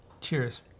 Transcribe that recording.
Cheers